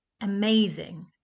amazing